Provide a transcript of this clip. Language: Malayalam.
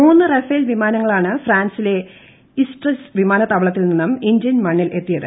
മൂന്ന് റഫേൽ വിമാനങ്ങളാണ് ഫ്രാൻസിലെ ഇസ്ട്രെസ് വ്യോമത്താവളത്തിൽ നിന്നും ഇന്ത്യൻ മണ്ണിൽ എത്തിയത്